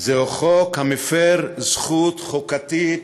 חוק המפר זכות חוקתית